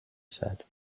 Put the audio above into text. said